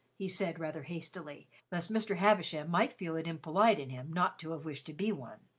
he said, rather hastily, lest mr. havisham might feel it impolite in him not to have wished to be one,